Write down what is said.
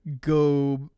go